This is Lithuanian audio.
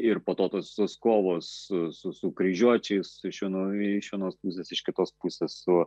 ir po to tos visos kovos su su kryžiuočiais iš vieno iš vienos pusės iš kitos pusės su